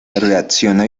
reacciona